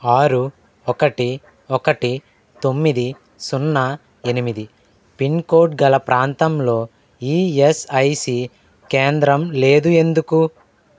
ఆరు ఒకటి ఒకటి తొమ్మిది సున్నా ఎనిమిది పిన్కోడ్ గల ప్రాంతంలో ఈఎస్ఐసీ కేంద్రం లేదు ఎందుకు